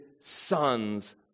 sons